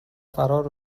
فرار